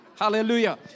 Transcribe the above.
Hallelujah